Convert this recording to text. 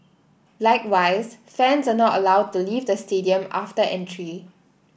likewise fans are not allowed to leave the stadium after entry